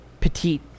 petite